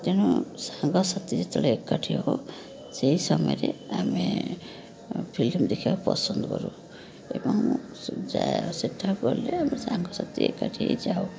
ତେଣୁ ସାଙ୍ଗସାଥି ଯେତେଳେ ଏକାଠି ହଉ ସେଇ ସମୟରେ ଆମେ ଫିଲ୍ମ ଦେଖିବାକୁ ପସନ୍ଦ କରୁ ଏବଂ ସେଠା ପଡ଼ିଲେ ଆମେ ସାଙ୍ଗସାଥି ଏକାଠି ହେଇ ଯାଉ